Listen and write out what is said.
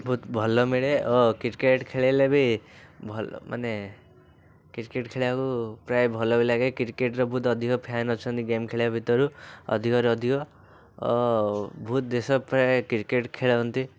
ବହୁତ ଭଲ ମିଳେ ଓ କିକ୍ରେଟ୍ ଖେଳିଲେ ବି ଭଲ ମାନେ କିକ୍ରେଟ୍ ଖେଳିବାକୁ ପ୍ରାୟ ଭଲ ବି ଲାଗେ କିକ୍ରେଟ୍ର ବହୁତ ଅଧିକ ଫ୍ୟାନ୍ ଅଛନ୍ତି ଗେମ୍ ଖେଳିବା ଭିତରୁ ଅଧିକରୁ ଅଧିକ ଓ ବହୁତ ଦେଶ ପ୍ରାୟ କିକ୍ରେଟ୍ ଖେଳନ୍ତି